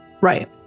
right